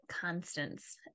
constants